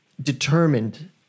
determined